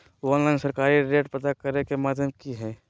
Online सरकारी rate पता करे के माध्यम की हय?